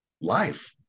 life